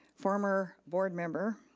former board member,